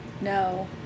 no